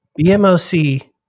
BMOC